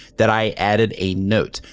that i added a note.